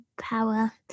power